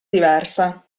diversa